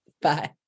Bye